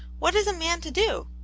what is a man to do.